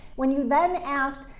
when you then ask,